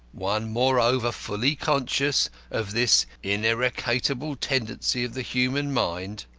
one moreover fully conscious of this ineradicable tendency of the human mind,